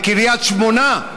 בקריית שמונה,